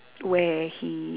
where he